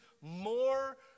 more